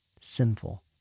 sinful